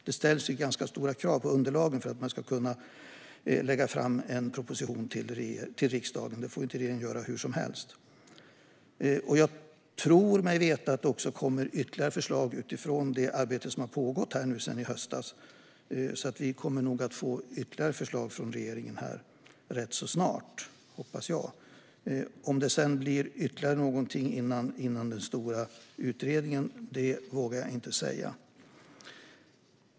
Det ställs ju ganska stora krav på underlagen för att man ska kunna lägga fram en proposition till riksdagen. Det får inte regeringen göra hur som helst. Jag tror mig veta att det också kommer ytterligare förslag utifrån det arbete som har pågått sedan i höstas, så jag hoppas att vi kommer att kunna få ytterligare förslag från regeringen rätt så snart. Om det sedan blir ytterligare någonting före den stora utredningen vågar jag inte säga.